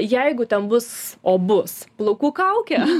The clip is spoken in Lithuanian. jeigu ten bus o bus plaukų kaukė